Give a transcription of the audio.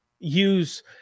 use